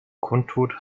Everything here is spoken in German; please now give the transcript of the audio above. kundtut